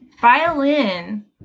Violin